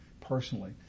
personally